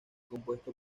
compuesto